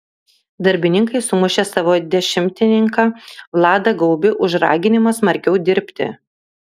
darbininkai sumušė savo dešimtininką vladą gaubį už raginimą smarkiau dirbti